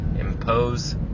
impose